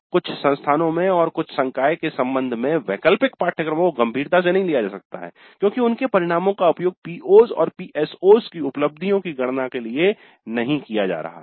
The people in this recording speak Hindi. कुछ संस्थानों में और कुछ संकाय के संबंध में वैकल्पिक पाठ्यक्रमों को गंभीरता से नहीं लिया जा सकता है क्योंकि उनके परिणामों का उपयोग PO's और PSO's की उपलब्धियों की गणना के लिए नहीं किया जा रहा है